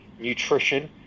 nutrition